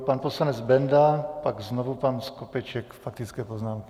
Pan poslanec Benda, pak znovu pan Skopeček k faktické poznámce.